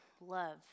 love